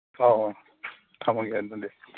ꯑꯣ ꯊꯝꯃꯒꯦ ꯑꯗꯨꯗꯤ